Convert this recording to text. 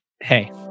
hey